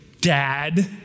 Dad